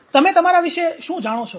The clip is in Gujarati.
તમે તમારા વિશે શું જાણો છો